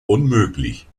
unmöglich